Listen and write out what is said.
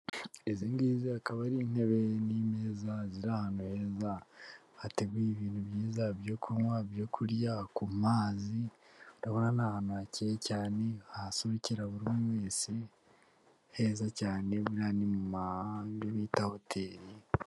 Izi ngizi akaba ari intebe n'imeza ziri ahantu heza, hateguye ibintu byiza byo kunywa, byo kurya ku mazi, ndabona ni ahantu hakeye cyane, hasohokera buri umwe wese, heza cyane hahandi bita hoteri.